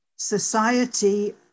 Society